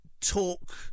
talk